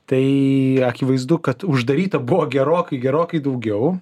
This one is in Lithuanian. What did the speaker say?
tai akivaizdu kad uždaryta buvo gerokai gerokai daugiau